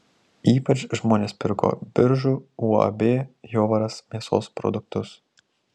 ypač žmonės pirko biržų uab jovaras mėsos produktus